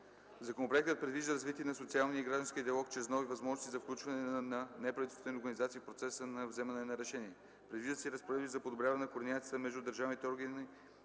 Законопроектът предвижда развитие на социалния и гражданския диалог чрез нови възможности за включване на неправителствените организации в процеса на вземане на решение. Предвиждат се и разпоредби за подобряване на координацията между държавните органи